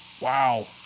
Wow